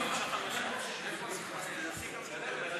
לוועדה שתקבע ועדת הכנסת נתקבלה.